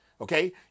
okay